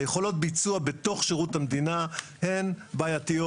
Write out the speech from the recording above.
יכולות הביצוע בתוף שירות המדינה הן בעייתיות.